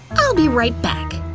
i'll be right back,